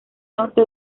norte